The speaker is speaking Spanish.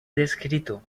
descrito